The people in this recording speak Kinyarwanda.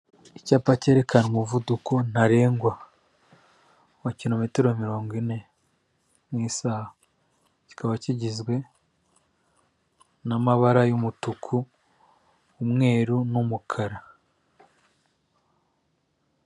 Icyapa cyerekana umuvuduko ntarengwa wa kilometero mirongo ine mu isaha , kikaba kigizwe n'amabara y'umutuku, umweru n'umukara.